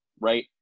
right